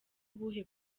ubuhe